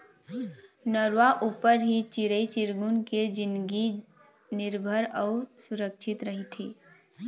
नरूवा ऊपर ही चिरई चिरगुन के जिनगी निरभर अउ सुरक्छित रहिथे